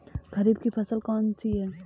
खरीफ की फसल कौन सी है?